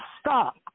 Stop